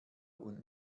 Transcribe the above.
und